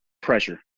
pressure